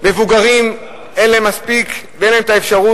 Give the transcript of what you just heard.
מבוגרים אין להם מספיק ואין להם אפשרות